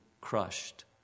crushed